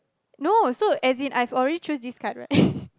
no so as in I already chose this card right